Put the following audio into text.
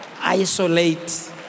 isolate